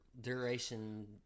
duration